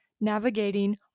Navigating